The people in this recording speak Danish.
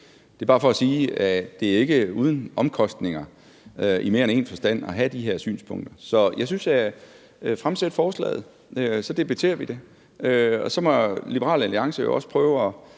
Det er bare for at sige, at det ikke er uden omkostninger i mere end én forstand at have de her synspunkter. Så jeg synes, at man skal fremsætte forslaget. Så debatterer vi det, og så må Liberal Alliance jo også prøve at